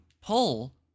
pull